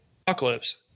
Apocalypse